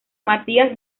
matías